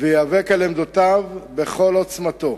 וייאבק על עמדותיו בכל עוצמתו.